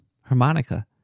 harmonica